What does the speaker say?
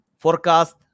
forecast